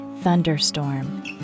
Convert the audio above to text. thunderstorm